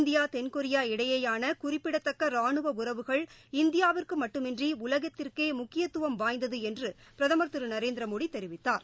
India தென்கொரியா இடையேயாள குறிப்பிடத்தக்க ரானுவ உறவுகள் இந்தியாவிற்கு மட்டுமின்றி உலகத்திற்கே முக்கியத்துவம் வாய்ந்தது என்று பிரதமர் திரு நரேந்திர மோடி தெரிவித்தார்